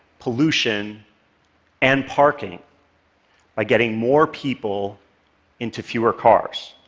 pollution and parking by getting more people into fewer cars